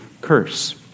curse